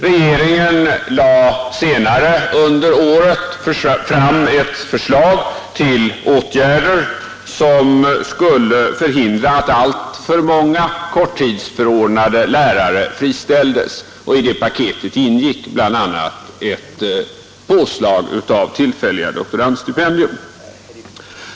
Regeringen lade senare under året fram ett förslag till åtgärder för att förhindra att alltför många korttidsförordnade lärare friställdes, och i det paketet ingick bl.a. ett påslag av tillfälliga doktorandstipendier.